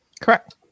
Correct